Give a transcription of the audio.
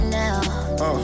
now